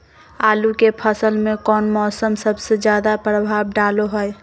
आलू के फसल में कौन मौसम सबसे ज्यादा प्रभाव डालो हय?